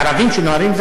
ערבים שנוהרים,